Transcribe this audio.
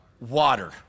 Water